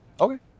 Okay